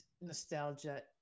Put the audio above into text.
nostalgia